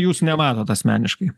jūs nemanot asmeniškai